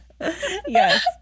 Yes